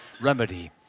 remedy